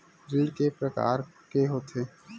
ऋण के प्रकार के होथे?